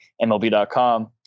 MLB.com